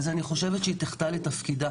אז אני חושבת שהיא תחטא לתפקידה